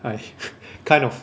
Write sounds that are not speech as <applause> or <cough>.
I <laughs> kind of